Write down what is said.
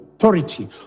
authority